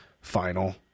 final